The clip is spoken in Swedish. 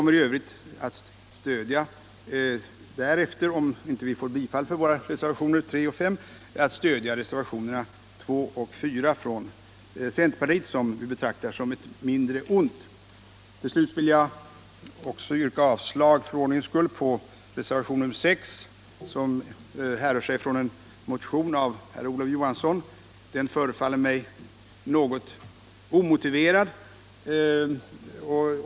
Om reservationerna 3 och 5 inte bifalles kommer vi att stödja reservationerna 2 och 4 från centerpartiet, vars förslag vi betraktar som ett mindre ont. Till slut vill jag för ordningens skull yrka avslag på reservationen 6, som bygger på en motion av herr Olof Johansson i Stockholm. Den motionen förefaller mig något omotiverad.